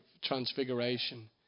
Transfiguration